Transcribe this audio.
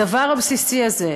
הדבר הבסיסי הזה,